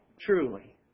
Truly